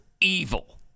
evil